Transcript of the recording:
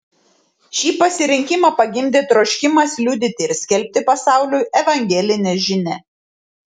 šį pasirinkimą pagimdė troškimas liudyti ir skelbti pasauliui evangelinę žinią